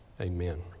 Amen